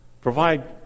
Provide